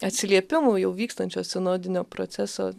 atsiliepimų jau vykstančio sinodinio proceso